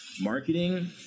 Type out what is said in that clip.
Marketing